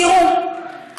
תראו,